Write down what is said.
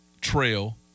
TRAIL